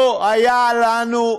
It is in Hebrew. לא היה לנו,